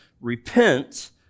repent